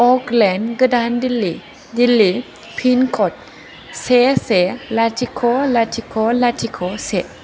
अकलेण्ड गोदान Delhi Delhi pin code से लाथिख' लाथिख' लाथिख' से